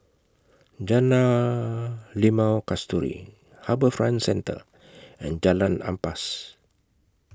Jalan Limau Kasturi HarbourFront Centre and Jalan Ampas